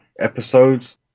episodes